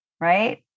right